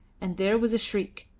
and there was a shriek.